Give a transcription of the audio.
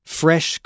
fresh